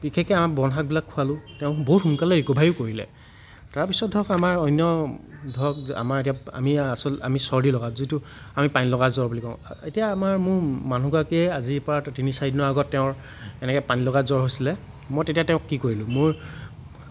বিশেষকৈ আমাৰ বন শাকবিলাক খোৱালোঁ তেওঁক বহুত সোনকালে ৰিক'ভাৰীও কৰিলে তাৰ পিছত ধৰক আমাৰ অন্য ধৰক আমাৰ এতিয়া আমি এতিয়া আমি আচ আমি চৰ্দী লগা যিটো আমি পানী লগা বুলি জ্বৰ বুলি কওঁ এতিয়া আমাৰ মোৰ মানুহগৰাকীয়ে আজিৰ পৰা তিনি চাৰিদিনৰ আগত তেওঁৰ এনেকৈ পানীলগা জ্বৰ হৈছিলে মই তেতিয়া তেওঁক কি কৰিলোঁ মোৰ